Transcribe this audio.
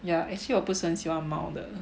ya actually 我不是很喜欢猫的